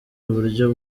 uburyo